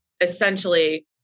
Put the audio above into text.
essentially